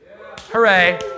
Hooray